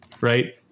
Right